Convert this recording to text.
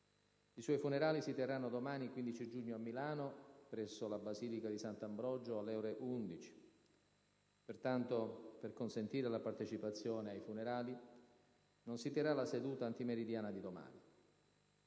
I suoi funerali si terranno domani 15 giugno a Milano, presso la Basilica di Sant'Ambrogio, alle ore 11. Pertanto, per consentire la partecipazione ai funerali, non si terrà la seduta antimeridiana di domani